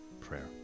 prayer